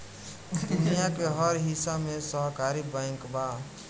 दुनिया के हर हिस्सा में सहकारी बैंक बा